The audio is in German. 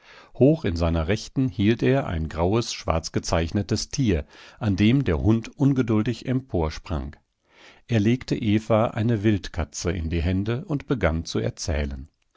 hoch in seiner rechten hielt er ein graues schwarzgezeichnetes tier an dem der hund ungeduldig emporsprang er legte eva eine wildkatze in die hände und begann zu erzählen